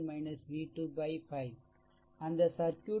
அந்த சர்க்யூட் லிருந்து 1